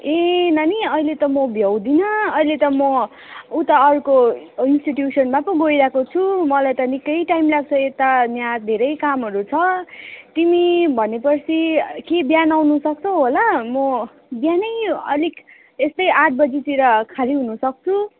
ए नानी अहिले त म भ्याउदिनँ अहिले त म उता अर्को इन्स्टिट्युसनमा पो गइरहेको छु मलाई त निक्कै टाइम लाग्छ यता यहाँ धेरै कामहरू छ तिमी भनेपछि कि बिहान आउनुसक्छौ होला म बिहानै अलिक यस्तै आठ बजीतिर खाली हुनुसक्छु